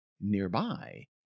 nearby